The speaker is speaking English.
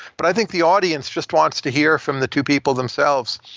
but i think the audience just wants to hear from the two people themselves.